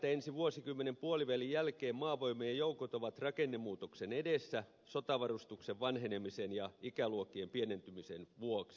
ensi vuosikymmenen puolivälin jälkeen maavoimien joukot ovat rakennemuutoksen edessä sotavarustuksen massavanhenemisen ja ikäluokkien pienentymisen vuoksi